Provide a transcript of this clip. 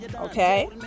Okay